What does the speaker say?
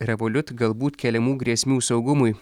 revolut galbūt keliamų grėsmių saugumui